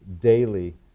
daily